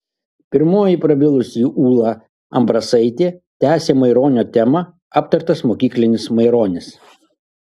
pirmoji prabilusi ūla ambrasaitė tęsė maironio temą aptartas mokyklinis maironis